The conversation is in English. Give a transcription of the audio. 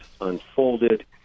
unfolded